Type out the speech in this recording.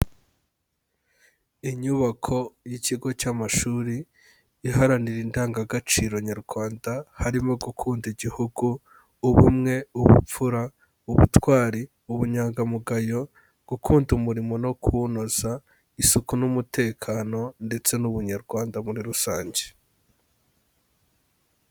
Inyubako y'ikigo cy'amashuri iharanira indangagaciro nyarwanda harimo gukunda igihugu, ubumwe, ubupfura, ubutwari, ubunyangamugayo, gukunda umurimo no kuwunoza, isuku n'umutekano, ndetse n'ubunyarwanda muri rusange.